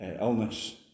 illness